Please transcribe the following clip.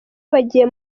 bagiye